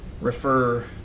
refer